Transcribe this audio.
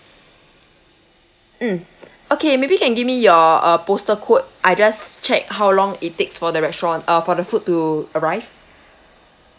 mm okay maybe can give me your uh postal code I just check how long it takes for the restaurant uh for the food to arrive